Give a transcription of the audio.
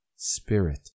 spirit